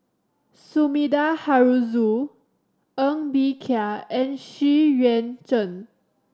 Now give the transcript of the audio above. Sumida Haruzo Ng Bee Kia and Xu Yuan Zhen